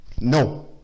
No